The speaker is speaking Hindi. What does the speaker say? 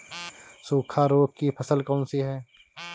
सूखा रोग की फसल कौन सी है?